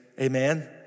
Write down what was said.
amen